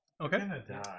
Okay